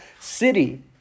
city